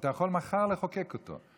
אתה יכול מחר לחוקק אותו.